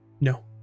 no